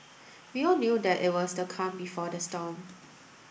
we all knew that it was the calm before the storm